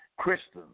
Christians